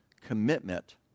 commitment